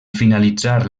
finalitzar